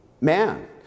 man